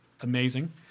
amazing